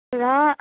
तदा